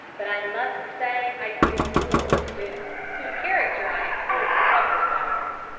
but i must say i feel more for boone, whose character i am told suffers by it.